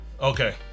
Okay